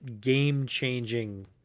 game-changing